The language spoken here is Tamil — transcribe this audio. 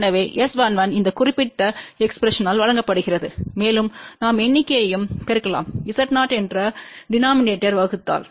எனவே S11இந்த குறிப்பிட்ட எக்ஸ்பிரஸன்டால் வழங்கப்படுகிறது மேலும் நாம் எண்ணிக்கையையும் பெருக்கலாம் Z0என்ற டெனோமினேடோர்யால் வகுத்தல்